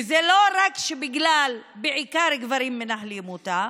וזה לא רק בגלל שבעיקר גברים מנהלים אותה,